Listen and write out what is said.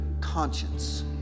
conscience